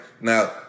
now